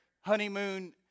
honeymoon